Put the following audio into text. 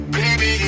baby